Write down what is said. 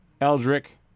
Eldrick